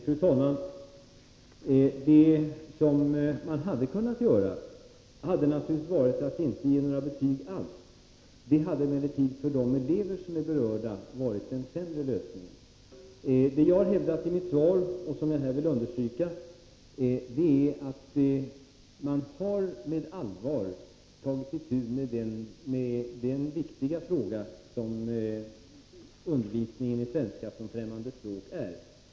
Fru talman! Det som man hade kunnat göra är att inte ge några betyg alls. Det hade emellertid varit den sämre lösningen för de elever som är berörda. Jag vill understryka det jag har hävdat i mitt svar, att man med allvar har tagit itu med den viktiga fråga som undervisningen i svenska som främmande språk är.